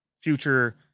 future